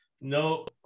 No